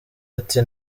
ati